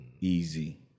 Easy